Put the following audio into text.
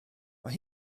mae